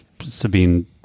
Sabine